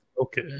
Okay